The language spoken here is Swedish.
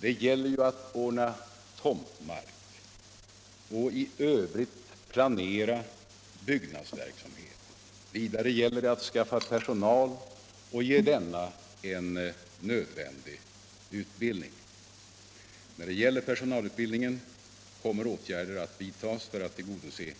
Det gäller ju att ordna tomtmark och i övrigt planera byggnadsverksamheten. Vidare gäller det att skaffa personal och ge denna en nödvändig utbildning. I fråga om personalutbildningen kommer åtgärder att vidtas för att tillgodose